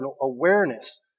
awareness